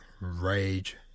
rage